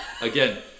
Again